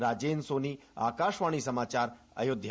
राजेंद्र सोनी आकाशवाणी समाचार अयोध्या